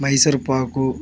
Mysore పాకు